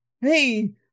hey